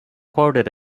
quoted